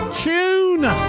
tune